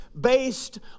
based